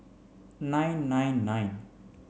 nine nine nine